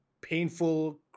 painful